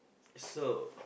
so